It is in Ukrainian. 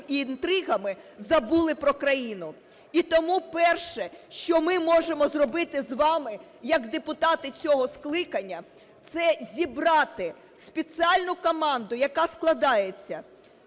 і інтригами забули про країну. І тому перше, що ми можемо зробити з вами як депутати цього скликання, це зібрати спеціальну команду, яка складається